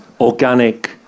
organic